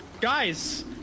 Guys